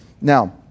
Now